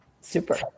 Super